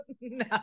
no